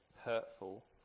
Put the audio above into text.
hurtful